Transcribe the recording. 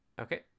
Okay